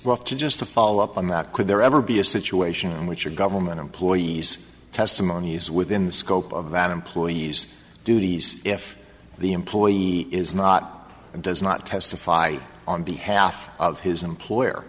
wolf just to follow up on that could there ever be a situation in which are government employees testimonies within the scope of an employee's duties if the employee is not does not testify on behalf of his employer